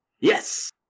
Yes